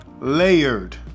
layered